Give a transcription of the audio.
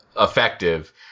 effective